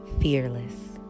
fearless